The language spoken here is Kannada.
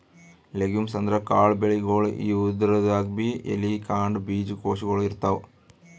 ಲೆಗುಮ್ಸ್ ಅಂದ್ರ ಕಾಳ್ ಬೆಳಿಗೊಳ್, ಇವುದ್ರಾಗ್ಬಿ ಎಲಿ, ಕಾಂಡ, ಬೀಜಕೋಶಗೊಳ್ ಇರ್ತವ್